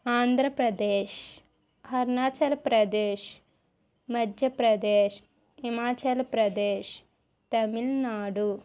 ఆంధ్రప్రదేశ్ అరుణాచల్ ప్రదేశ్ మధ్య ప్రదేశ్ హిమాచల్ ప్రదేశ్ తమిళనాడు